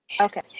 Okay